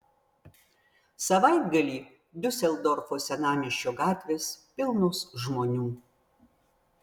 savaitgalį diuseldorfo senamiesčio gatvės pilnos žmonių